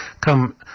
come